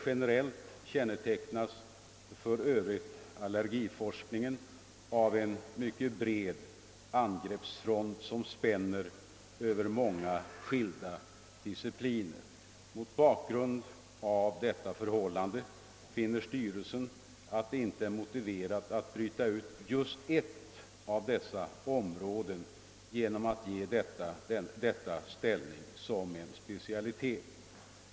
Generellt kännetecknas för öv rigt allergiforskningen av en mycket bred angreppsfront som spänner över många skilda discipliner. Mot bakgrund av detta förhållande finner styrelsen, att det inte är motiverat att bryta ut just ett av dessa områden genom att ge detta ställning som en specialitet.